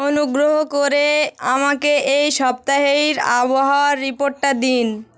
অনুুগ্রহ করে আমাকে এই সপ্তাহের আবহাওয়া রিপোর্টটা দিন